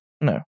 no